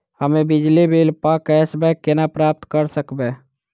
हम्मे बिजली बिल प कैशबैक केना प्राप्त करऽ सकबै?